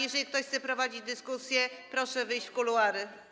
Jeżeli ktoś chce prowadzić dyskusję, to proszę wyjść do kuluarów.